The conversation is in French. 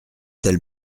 tel